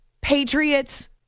Patriots